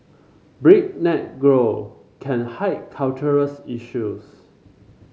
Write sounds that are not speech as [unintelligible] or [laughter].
breakneck grow can hide cultural [unintelligible] issues